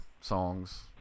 songs